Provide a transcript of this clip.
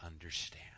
understand